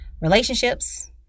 relationships